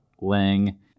Lang